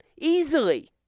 easily